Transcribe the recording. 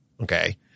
okay